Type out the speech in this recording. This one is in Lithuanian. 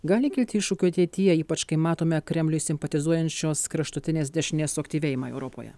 gali kilti iššūkių ateityje ypač kai matome kremliui simpatizuojančios kraštutinės dešinės suaktyvėjimą europoje